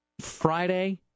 Friday